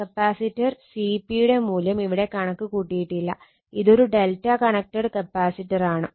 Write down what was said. capacitor Cp യുടെ മൂല്യം ഇവിടെ കണക്ക് കൂട്ടിയിട്ടില്ല ഇതൊരു Δ കണക്റ്റഡ് കപ്പാസിറ്റർ ആണ്